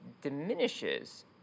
diminishes